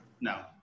No